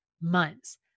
months